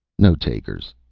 no takers,